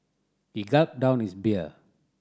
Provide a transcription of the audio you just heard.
he gulped down his beer